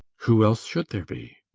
who else should there be?